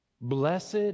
Blessed